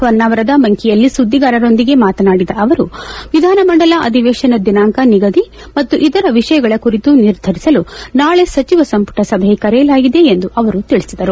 ಹೊನ್ನಾವರದ ಮಂಕಿಯಲ್ಲಿ ಸುದ್ದಿಗಾರರೊಂದಿಗೆ ಮಾತನಾಡಿದ ಅವರು ವಿಧಾನಮಂಡಲ ಅಧಿವೇಶನ ದಿನಾಂಕ ನಿಗದಿ ಮತ್ತು ಇತರ ವಿಷಯಗಳ ಕುರಿತು ನಿರ್ಧರಿಸಲು ನಾಳೆ ಸಚಿವ ಸಂಪುಟ ಸಭೆ ಕರೆಯಲಾಗಿದೆ ಎಂದು ಅವರು ತಿಳಿಸಿದರು